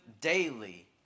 daily